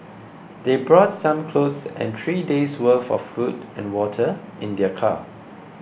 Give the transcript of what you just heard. they brought some clothes and three days' worth of food and water in their car